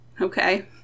Okay